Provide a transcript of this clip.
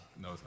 No